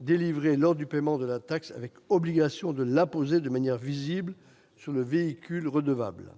délivrée lors du paiement de la taxe avec obligation de l'apposer de manière visible sur le véhicule redevable ;